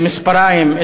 במספריים,